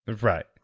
Right